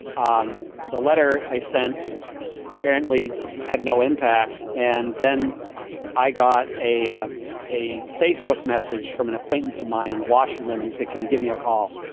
um the letter i sent apparently had no impact. and then i got a ah a facebook message from an. maintence of mine in washington who say, can you give me a call?